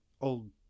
old